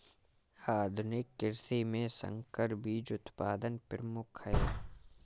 आधुनिक कृषि में संकर बीज उत्पादन प्रमुख है